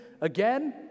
again